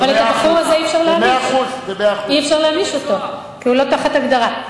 ואת הבחור הזה אי-אפשר להעניש כי הוא לא תחת הגדרה.